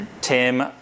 Tim